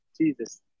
Jesus